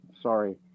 sorry